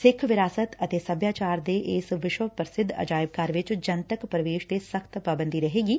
ਸਿੱਖ ਵਿਰਾਸਤ ਅਤੇ ਸਭਿਆਚਾਰ ਦੇ ਇਸ ਵਿਸ਼ਵ ਪ੍ਰਸਿੱਧ ਅਜਾਇਬ ਘਰ ਵਿਚ ਜਨਤਕ ਪ੍ਰਵੇਸ਼ ਤੇ ਸਖ਼ਤ ਪਾਬੰਦੀ ਰਹੇਗੀ